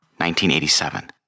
1987